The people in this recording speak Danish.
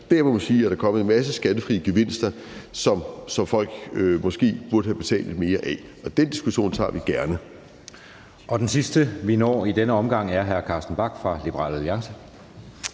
må man sige, at der er kommet en masse skattefrie gevinster, som folk måske burde have betalt lidt mere skat af. Og den diskussion tager vi gerne. Kl. 19:50 Anden næstformand (Jeppe Søe): Den sidste, vi når i denne omgang, er hr. Carsten Bach fra Liberal Alliance.